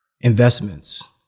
investments